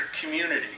community